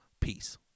peace